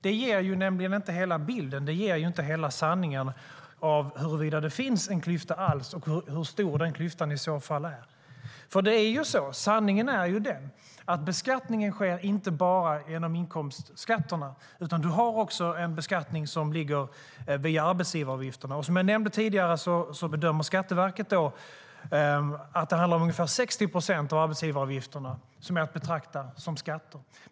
Det ger nämligen inte hela bilden av och inte hela sanningen om huruvida det alls finns en klyfta - och hur stor den klyftan i så fall är. Sanningen är nämligen att beskattning inte sker enbart genom inkomstskatterna, utan vi har också en beskattning via arbetsgivaravgifterna. Som jag nämnde tidigare bedömer Skatteverket att ungefär 60 procent av arbetsgivaravgifterna är att betrakta som skatter.